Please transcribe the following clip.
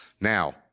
Now